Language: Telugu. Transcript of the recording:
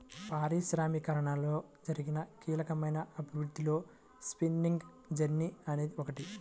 పారిశ్రామికీకరణలో జరిగిన కీలకమైన అభివృద్ధిలో స్పిన్నింగ్ జెన్నీ అనేది ఒకటి